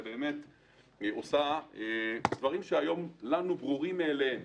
ועושה דברים שהיום ברורים לנו מאליהם.